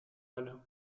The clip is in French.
balles